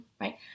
right